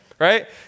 right